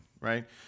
Right